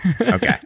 Okay